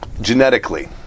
Genetically